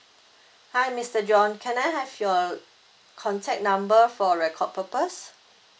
hi mister john can I have your contact number for record purpose